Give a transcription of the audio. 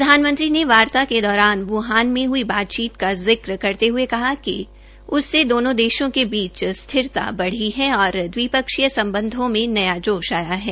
प्रधानमंत्री ने वार्ता के दौरान वूहान में हुई बातचीत का जिक करते हुए कहा कि उस से दोनो देशों के बीच स्थिरता बढी है और द्विपक्षीय संबंधों में नया जोश आया है